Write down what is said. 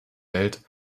welt